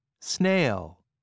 Snail